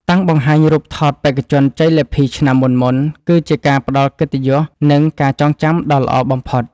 តាំងបង្ហាញរូបថតបេក្ខជនជ័យលាភីឆ្នាំមុនៗគឺជាការផ្ដល់កិត្តិយស និង ការចងចាំដ៏ល្អបំផុត។